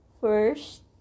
First